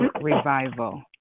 revival